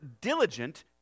diligent